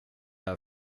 här